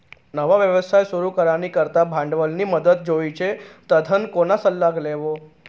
नवा व्यवसाय सुरू करानी करता भांडवलनी मदत जोइजे तधय कोणा सल्ला लेवो